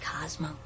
Cosmo